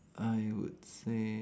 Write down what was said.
I would say